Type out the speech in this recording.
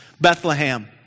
Bethlehem